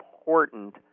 important